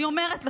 אני אומרת לך,